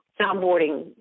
soundboarding